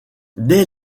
dès